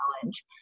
challenge